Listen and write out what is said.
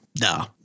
no